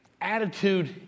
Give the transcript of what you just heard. attitude